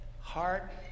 heart